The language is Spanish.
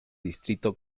distrito